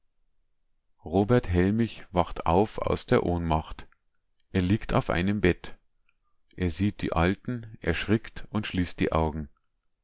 robert hellmich wacht auf aus der ohnmacht er liegt auf einem bett er sieht die alten erschrickt und schließt die augen